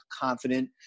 confident